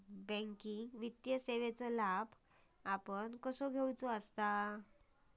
Banking वित्तीय सेवाचो लाभ आपण कसो घेयाचो?